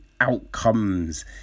outcomes